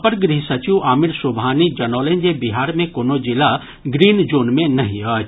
अपर गृह सचिव आमिर सुबहानी जनौलनि जे बिहार मे कोनो जिला ग्रीन जोन मे नहि अछि